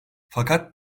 fakat